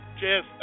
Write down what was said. Cheers